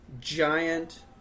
giant